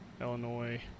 Illinois